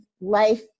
life